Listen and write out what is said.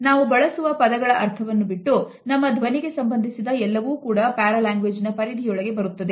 ನಾವು ಬಳಸುವ ಪದಗಳ ಅರ್ಥವನ್ನು ಬಿಟ್ಟು ನಮ್ಮ ಧ್ವನಿಗೆ ಸಂಬಂಧಿಸಿದ ಎಲ್ಲವೂ ಕೂಡ ಪ್ಯಾರಾಲ್ಯಾಂಗ್ವೇಜ್ ನಾ ಪರಿದಿಯೊಳಗೆ ಬರುತ್ತದೆ